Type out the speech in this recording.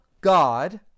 God